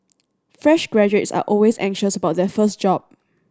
fresh graduates are always anxious about their first job